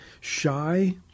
shy